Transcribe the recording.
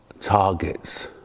targets